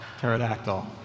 pterodactyl